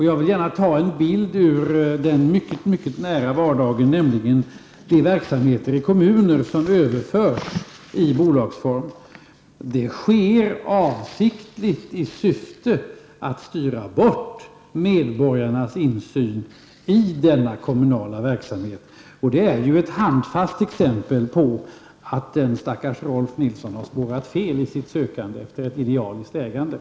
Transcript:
Jag vill ta ett exempel ur den mycket nära vardagen, nämligen de verksamheter i kommunerna som överförs i bolagsform. Det sker avsiktligt i syfte att styra bort medborgarnas insyn i denna kommunala verksamhet. Detta är ett mycket handfast exempel på att den stackars Rolf L Nilsson har spårat fel i sitt sökande efter det idealistiska ägandet.